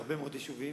בהרבה מאוד יישובים,